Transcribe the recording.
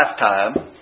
lifetime